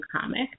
comic